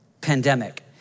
pandemic